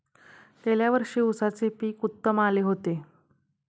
गेल्या वर्षी उसाचे पीक उत्तम आले होते